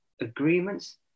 agreements